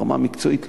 ברמה המקצועית,